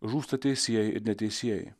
žūsta teisieji ir neteisieji